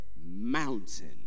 mountain